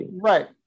Right